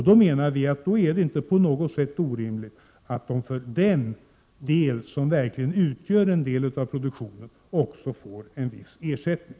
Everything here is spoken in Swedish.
Vi menar att det då inte på något sätt är orimligt att de, för den del som verkligen utgör en del av produktionen, får en viss ersättning.